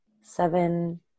seven